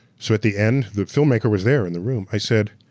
so at the end. the filmmaker was there in the room, i said,